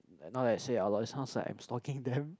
now that you say it sounds like I'm stalking them